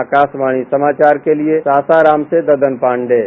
आकशवाणी समाचार के लिये सासाराम से ददनजी पांडेय